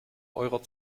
eurer